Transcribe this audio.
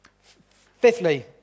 Fifthly